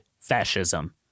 fascism